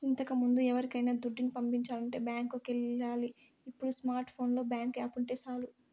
ఇంతకముందు ఎవరికైనా దుడ్డుని పంపించాలంటే బ్యాంకులికి ఎల్లాలి ఇప్పుడు స్మార్ట్ ఫోనులో బ్యేంకు యాపుంటే సాలు